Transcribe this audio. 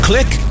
Click